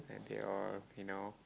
and they all you know